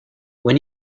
when